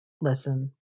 listen